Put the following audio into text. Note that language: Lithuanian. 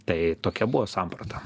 tai tokia buvo samprata